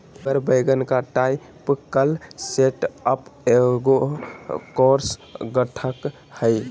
उगर वैगन का typical setup एगो कोर्स अंगठ हइ